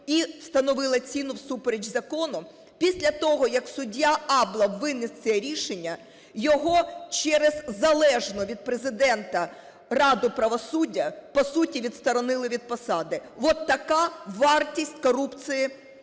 і встановила ціну всупереч закону, після того, як суддя Аблов виніс це рішення, його через залежну від Президента Раду правосуддя, по суті, відсторонили від посади. От така вартість корупції